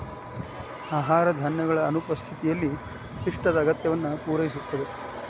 ಆಹಾರ ಧಾನ್ಯಗಳ ಅನುಪಸ್ಥಿತಿಯಲ್ಲಿ ಪಿಷ್ಟದ ಅಗತ್ಯವನ್ನು ಪೂರೈಸುತ್ತದೆ